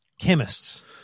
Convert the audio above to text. Chemists